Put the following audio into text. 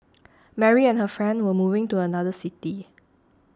Mary and her family were moving to another city